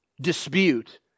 dispute